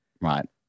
right